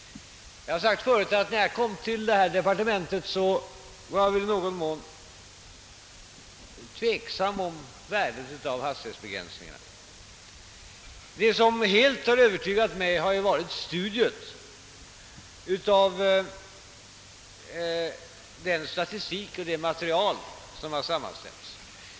Jag har förut sagt att jag i någon mån var tveksam om värdet av hastighetsbegränsningar när jag kom till det här departementet. Det som helt övertygat mig om motsatsen har varit studiet av den statistik och det material som sammanställts.